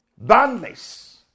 boundless